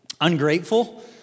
ungrateful